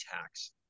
tax